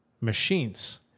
machines